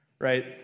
right